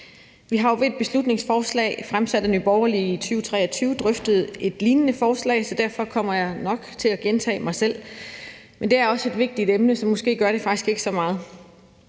Vi har jo ved et beslutningsforslag fremsat af Nye Borgerlige i 2023 drøftet et lignende forslag, og derfor kommer jeg nok til at gentage mig selv, men det er også et vigtigt emne, som måske gør det faktisk ikke så meget.